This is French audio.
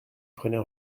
prenait